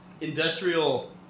industrial